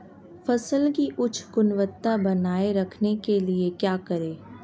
फसल की उच्च गुणवत्ता बनाए रखने के लिए क्या करें?